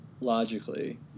logically